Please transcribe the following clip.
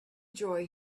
joy